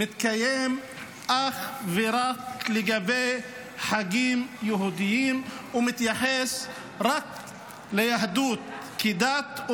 מתקיים אך ורק לגבי חגים יהודים ומתייחס רק ליהדות כדת,